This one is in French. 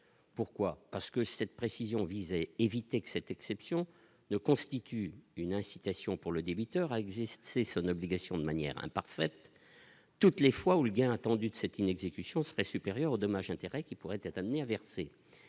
pourquoi, parce que cette précision visait à éviter que cette exception ne constitue une incitation pour le débiteur existe c'est Sonobe légation de manière imparfaite, toutes les fois où le gain attendu de cette inexécution serait supérieur dommages intérêts qui pourraient être amenés à verser,